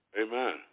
Amen